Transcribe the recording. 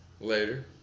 later